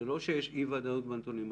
אין אי ודאות בנתונים.